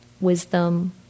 wisdom